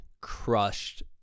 crushed